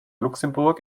luxemburg